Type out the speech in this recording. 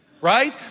Right